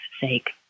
sake